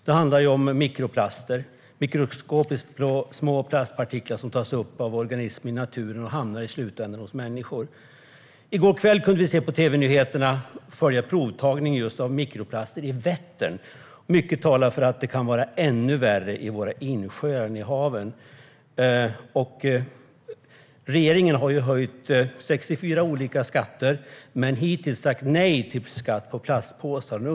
Det handlar om mikroplaster, mikroskopiskt små plastpartiklar som tas upp av organismer i naturen och i slutänden hamnar hos människor. I går kväll kunde vi på tv-nyheterna följa provtagning av mikroplaster i Vättern, och mycket talar för att det kan vara värre i våra insjöar än i haven. Regeringen har höjt 64 olika skatter men hittills sagt nej till skatt på plastpåsar.